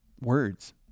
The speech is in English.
words